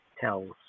tells